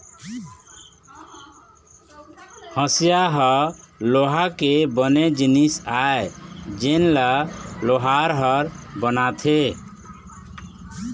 हँसिया ह लोहा के बने जिनिस आय जेन ल लोहार ह बनाथे